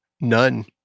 None